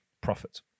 profit